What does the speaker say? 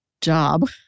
job